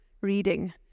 reading